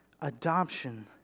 Adoption